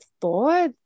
thought